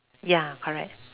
ya correct